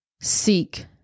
seek